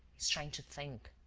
he's trying to think.